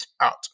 out